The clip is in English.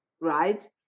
Right